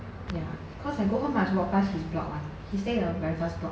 ya cause I go home must walk pass his block one he stay the very first block